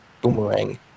boomerang